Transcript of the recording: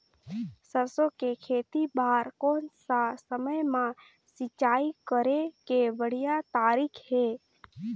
सरसो के खेती बार कोन सा समय मां सिंचाई करे के बढ़िया तारीक हे?